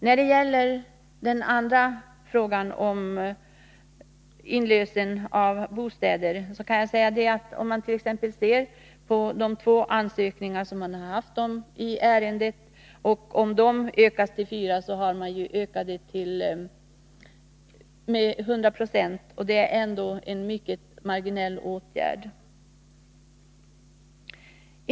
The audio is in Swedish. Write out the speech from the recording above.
Låt mig sedan säga några ord om den andra frågan i detta sammanhang, inlösen av bostäder. Om de två ansökningar som finns utökas till fyra får man en ökning med 100 96. Men detta är ändå en mycket marginell åtgärd.